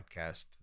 podcast